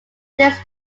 this